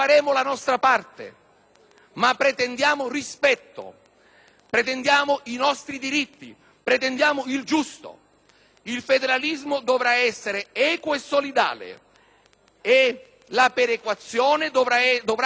pretendiamo i nostri diritti, pretendiamo il giusto. Il federalismo dovrà essere equo e solidale e la perequazione dovrà costituire un obiettivo reale e prioritario,